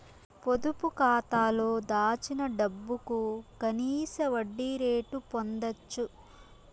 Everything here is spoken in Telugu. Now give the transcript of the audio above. పొదుపు కాతాలో దాచిన డబ్బుకు కనీస వడ్డీ రేటు పొందచ్చు